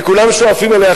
וכולם שואפים אליה,